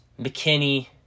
McKinney